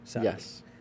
Yes